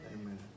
Amen